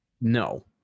No